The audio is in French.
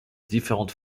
différentes